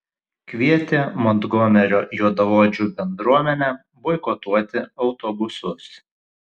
kvietė montgomerio juodaodžių bendruomenę boikotuoti autobusus